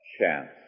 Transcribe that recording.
chance